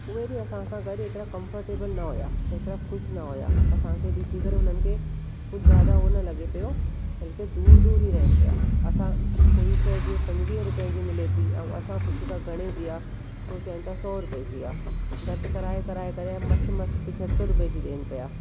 उहे बि असां सां गॾु हेतिरा कंफर्टेबल न हुआ एतिरा ख़ुशि न हुआ असांखे ॾिसी करे हुननि खे कुझु ज़्यादा हुओ न लॻे पियो बल्कि दूर दूर ही रहनि पिया असां कोई शइ जीअं पंजुवीह रुपए जी मिले थी या असां पुछूं था घणे जी आहे त उहे चवनि था सौ रुपए जी आहे घटि कराए कराए करे मस मस पंजहतरि रुपए जी ॾियनि पिया